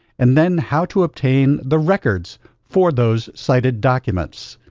and then how to obtain the records for those cited documents.